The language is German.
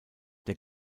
der